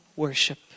worship